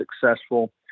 successful